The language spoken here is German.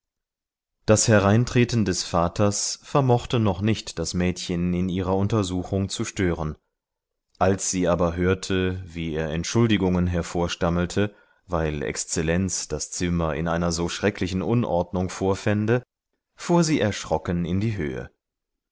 das hereintreten des vaters vermochte noch nicht das mädchen in ihrer untersuchung zu stören als sie aber hörte wie er entschuldigungen hervorstammelte weil exzellenz das zimmer in einer so schrecklichen unordnung vorfände fuhr sie erschrocken in die höhe